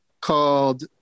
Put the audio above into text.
called